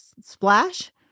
splash